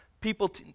people